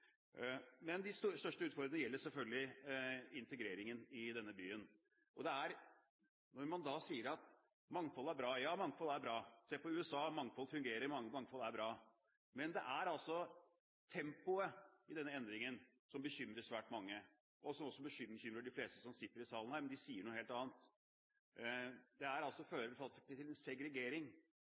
Men de største utfordringene gjelder selvfølgelig integreringen i denne byen. Man sier at mangfold er bra. Ja, mangfold er bra. Se på USA: Mangfold fungerer, mangfold er bra. Men tempoet i denne endringen bekymrer svært mange. Det bekymrer også de fleste som sitter i salen her, men de sier noe helt annet. Det fører faktisk til en segregering.